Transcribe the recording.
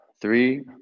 three